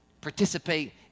participate